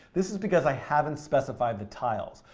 this is because i haven't specified the tiles.